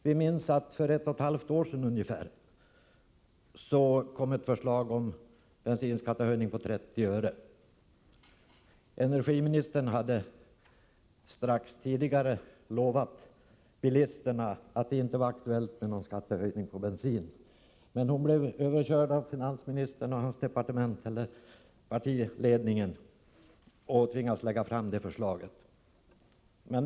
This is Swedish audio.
Vi minns att det för ungefär ett och ett halvt år sedan kom ett förslag om en bensinskattehöjning på 30 öre. Energiministern hade en kort tid dessförinnan lovat bilisterna att det inte var aktuellt med någon skattehöjning på bensin. Energiministern blev överkörd av finansministern och finansdepartementet eller av partiledningen och tvingades lägga fram det förslaget.